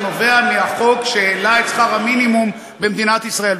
שנובע מהחוק שהעלה את שכר המינימום במדינת ישראל,